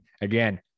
Again